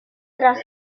tras